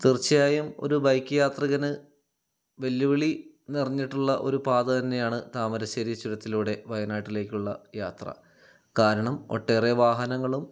തീർച്ചയായും ഒരു ബൈക്ക് യാത്രികന് വെല്ലുവിളി നിറഞ്ഞിട്ടുള്ള ഒരു പാത തന്നെയാണ് താമരശ്ശേരി ചുരത്തിലൂടെ വായനാട്ടിലേക്കുള്ള യാത്ര കാരണം ഒട്ടേറെ വാഹനങ്ങളും